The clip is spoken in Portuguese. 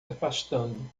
afastando